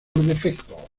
defecto